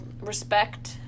respect